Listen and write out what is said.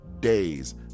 days